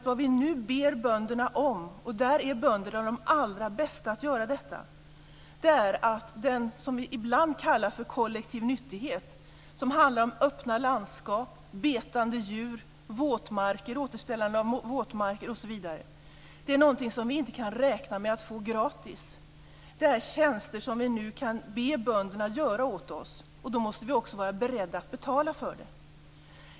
Vad vi nu ber bönderna om - och bönderna är de allra bästa på att göra detta - är det som vi ibland kallar för kollektiv nyttighet. Det handlar om öppna landskap, betande djur, återställande av våtmarker osv. Detta är något vi inte kan räkna med att få gratis, utan det är tjänster som vi nu kan be bönderna göra åt oss. Men då måste vi också vara beredda att betala för dem.